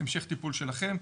המשך טיפול שלכם.